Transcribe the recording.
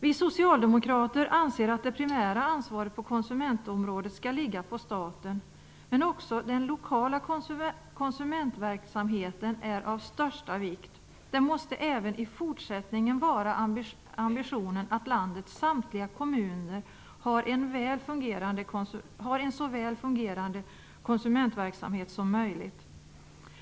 Vi socialdemokrater anser att det primära ansvaret på konsumentområdet skall ligga på staten. Men också den lokala konsumentverksamheten är av största vikt. Det måste även i fortsättningen vara ambitionen att landets samtliga kommuner har en så väl fungerande konsumentverksamhet som möjligt.